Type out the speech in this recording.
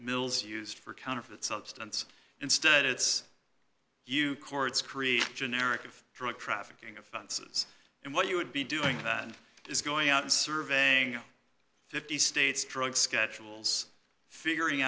mills used for counterfeit substance instead it's you courts create generic drug trafficking offenses and what you would be doing that is going out and surveying fifty states drug schedules figuring